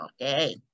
okay